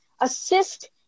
assist